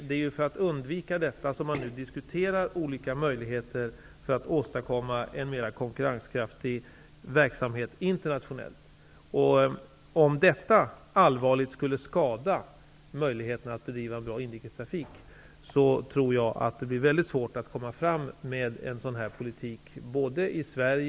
Det är för att undvika denna situation som man nu diskuterar olika möjligheter för att åstadkomma en konkurrenskraftig verksamhet internationellt. Om detta skulle allvarligt skada möjligheterna att bedriva en bra inrikestrafik, tror jag att det blir mycket svårt att föra fram en sådan politik i